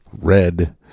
red